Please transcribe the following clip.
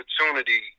opportunity